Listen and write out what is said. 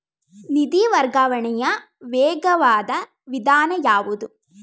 ನಿಧಿ ವರ್ಗಾವಣೆಯ ವೇಗವಾದ ವಿಧಾನ ಯಾವುದು?